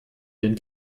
den